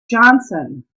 johnson